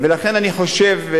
לכן אני חושב,